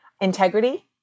integrity